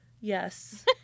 yes